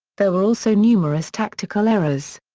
there were also numerous tactical errors.